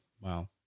Wow